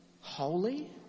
holy